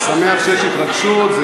אני שמח שיש התרגשות.